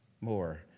more